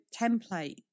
template